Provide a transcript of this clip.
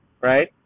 right